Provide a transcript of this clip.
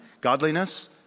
Godliness